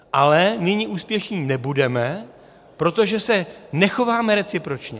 Ale nyní úspěšní nebudeme, protože se nechováme recipročně.